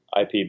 IP